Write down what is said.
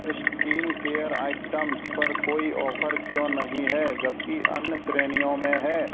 skin care items पर कोई offer क्यों नहीं है जबकि अन्य श्रेणियों में है